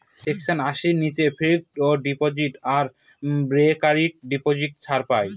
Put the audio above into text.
section আশির নীচে fixed deposit আর রেকারিং ডিপোজিট ছাড় পাই